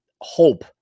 hope